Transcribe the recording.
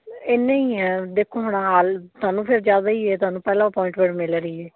ਇੰਨੇ ਹੀ ਹੈ ਦੇਖੋ ਹੁਣ ਹਾਲ ਸਾਨੂੰ ਫਿਰ ਜ਼ਿਆਦਾ ਹੀ ਹੈ ਤੁਹਾਨੂੰ ਪਹਿਲਾਂ ਅਪੋਆਇੰਟਮੈਂਟ ਮਿਲ ਰਹੀ ਹੈ